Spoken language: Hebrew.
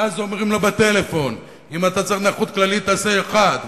ואז אומרים לו בטלפון: אם אתה צריך נכות כללית תעשה 1,